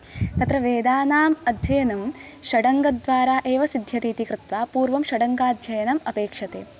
तत्र वेदानाम् अध्ययनं षडङ्गद्वारा एव सिध्यति इति कृत्वा पूर्वं षडङ्गाध्ययनम् अपेक्षते